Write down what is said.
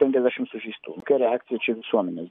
penkiasdešimt sužeistų kokia reakcija čia visuomenėj